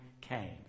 came